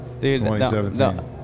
2017